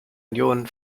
union